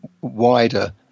wider